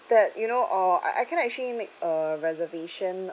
that you know uh I I can actually make a reservation